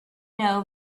know